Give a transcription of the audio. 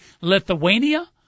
Lithuania